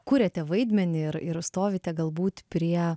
kuriate vaidmenį ir ir stovite galbūt prie